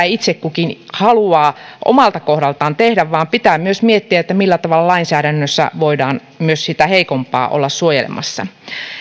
itse kukin haluaa omalta kohdaltaan tehdä vaan pitää myös miettiä millä tavalla lainsäädännössä voidaan myös heikompaa olla suojelemassa